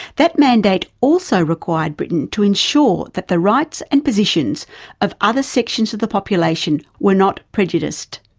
that mandate also required britain to ensure that the rights and positions of other sections of the population were not prejudiced.